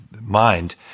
mind